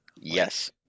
yes